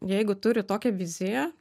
jeigu turi tokią viziją